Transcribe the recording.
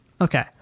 Okay